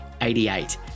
88